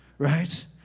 Right